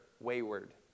wayward